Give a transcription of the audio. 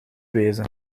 wezen